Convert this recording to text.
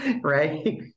Right